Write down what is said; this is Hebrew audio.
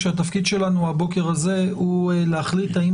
שהתפקיד שלנו הבוקר הזה הוא להחליט האם